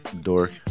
dork